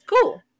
Cool